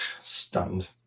stunned